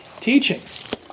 teachings